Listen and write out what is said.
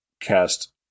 cast